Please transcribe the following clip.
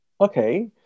Okay